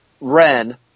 Ren